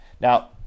Now